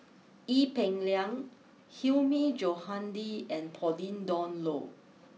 Ee Peng Liang Hilmi Johandi and Pauline Dawn Loh